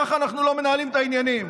ככה אנחנו לא מנהלים את העניינים.